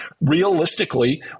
Realistically